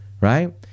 right